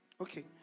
Okay